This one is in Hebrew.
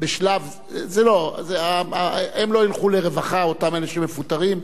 לא, הם לא ילכו לרווחה, אותם אנשים מפוטרים.